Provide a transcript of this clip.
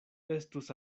estus